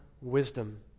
wisdom